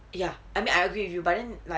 ya I mean I agree with you but then like